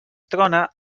trona